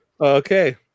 Okay